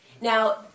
Now